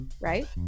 right